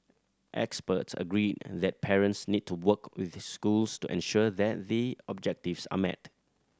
experts agree that parents need to work with schools to ensure that the objectives are met